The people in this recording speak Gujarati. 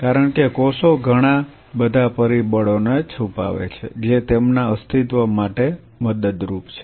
કારણ કે કોષો ઘણા બધા પરિબળોને છૂપાવે છે જે તેમના અસ્તિત્વ માટે મદદરૂપ છે